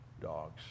dogs